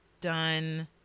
done